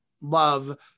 love